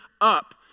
up